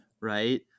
right